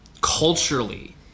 culturally